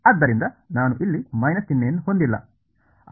ಆದ್ದರಿಂದ ನಾನು ಇಲ್ಲಿ ಮೈನಸ್ ಚಿಹ್ನೆಯನ್ನು ಹೊಂದಿಲ್ಲ